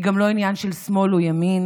היא גם לא עניין של שמאל או ימין.